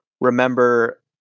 remember